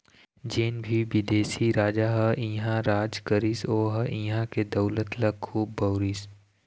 जेन भी बिदेशी राजा ह इहां राज करिस ओ ह इहां के दउलत ल खुब बउरिस